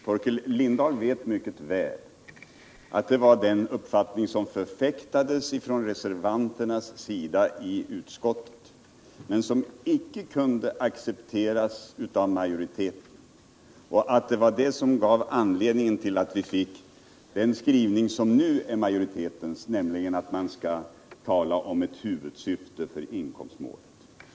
Torkel Lindahl vet mycket väl att den uppfattningen förfäktades av oss reservanter i utskottet men den kunde icke accepteras av majoriteten. Det var anledningen till den — Jordbrukspolitiskrivning som nu är majoritetens, där man talar om inkomstmålet som ken, m.m. ett huvudsyfte.